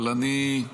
אבל אני,